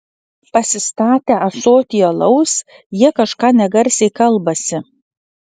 pasistatę ąsotį alaus jie kažką negarsiai kalbasi